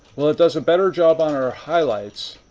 well, it does a better job on our highlights,